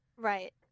Right